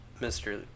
Mr